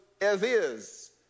as-is